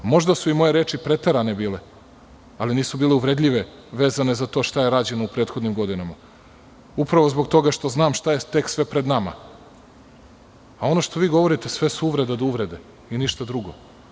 Možda su i moje reči preterane bile, ali nisu bile uvredljive, vezanoza to šta je rađeno u prethodnim godinama upravo zbog toga što znam šta je tek sve pred nama, a ono što vi govorite, sve su uvrede do uvrede i ništa drugo.